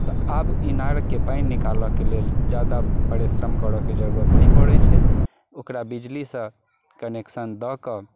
तऽ आब इनारके पानि निकालऽके लेल जादा परिश्रम करऽके जरुरत नहि पड़ैत छै ओकरा बिजलीसँ कनेक्शन दऽ कऽ